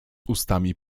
ustami